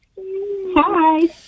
Hi